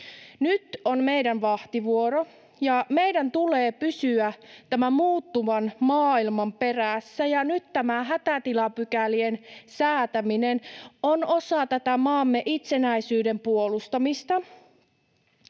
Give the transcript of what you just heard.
Nyt on meidän vahtivuoromme, ja meidän tulee pysyä tämän muuttuvan maailman perässä, ja nyt tämä hätätilapykälien säätäminen on osa tätä maamme itsenäisyyden puolustamista.